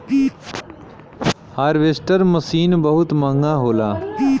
harvester machine बहुत महंगा होला